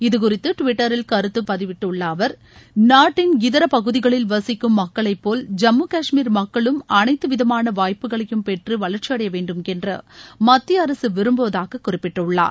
இது குறித்து டுவிட்டரில் கருத்து தெரிவித்துள்ள அவர் நாட்டின் இதர பகுதிகளில் வசிக்கும் மக்களைப் போல் ஜம்மு கஷ்மீர் மக்களும் அனைத்து விதமான வாய்ப்புகளையும் பெற்று வளர்ச்சியடைய வேண்டும் என்று மத்திய அரசு விரும்புவதாக குறிப்பிட்டுள்ளார்